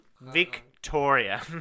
Victoria